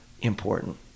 important